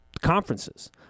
conferences